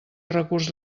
recurs